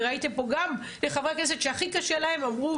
וראיתם גם את חברי הכנסת שהכי קשה להם והם אמרו,